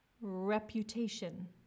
Reputation